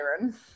iron